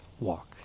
walk